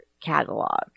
catalog